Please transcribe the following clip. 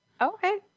Okay